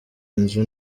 inzu